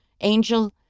Angel